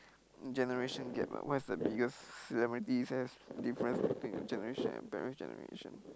generation gap ah what is the biggest similarities and difference between your generation and your parents' generation